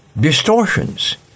distortions